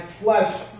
flesh